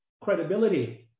credibility